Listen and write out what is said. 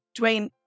Dwayne